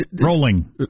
Rolling